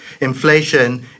Inflation